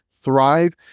thrive